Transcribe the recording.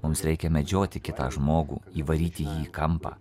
mums reikia medžioti kitą žmogų įvaryti jį į kampą